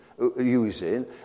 using